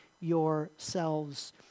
yourselves